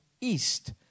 east